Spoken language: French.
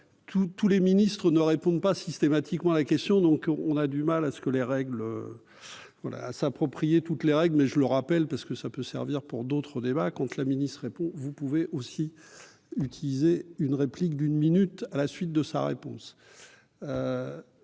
tous les ministres ne répondent pas systématiquement la question donc on a du mal à ce que les règles voilà à s'approprier toutes les règles, mais je le rappelle, parce que ça peut servir pour d'autres débats compte la ministre répond : vous pouvez aussi utiliser une réplique d'une minute à la suite de sa réponse